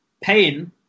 pain